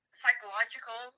psychological